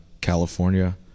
California